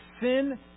sin